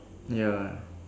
ya